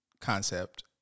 concept